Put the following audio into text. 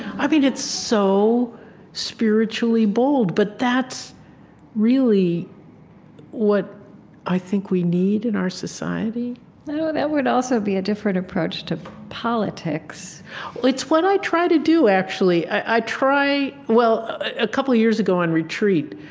i mean it's so spiritually bold. but that's really what i think we need in our society that would also be a different approach to politics it's what i try to do, actually. i try well, a couple years ago on retreat,